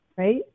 Right